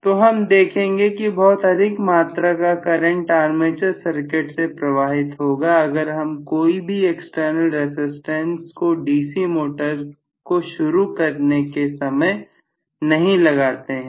तो हम देखेंगे कि बहुत अधिक मात्रा का करंट आर्मेचर सर्किट में प्रवाहित होगा अगर हम कोई भी एक्सटर्नल रसिस्टेंस को डीसी मोटर को शुरू करने के समय नहीं लगाते हैं